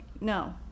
no